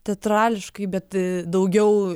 teatrališkai bet daugiau